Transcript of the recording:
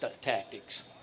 tactics